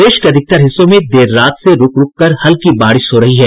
प्रदेश के अधिकतर हिस्सों में देर रात से रूक रूक कर हल्की बारिश हो रही है